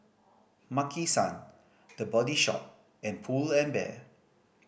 Maki San The Body Shop and Pull and Bear